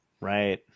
Right